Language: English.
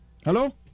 Hello